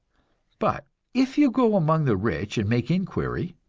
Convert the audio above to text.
but if you go among the rich and make inquiry,